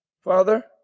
Father